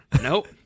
Nope